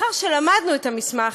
לאחר שלמדנו את המסמך,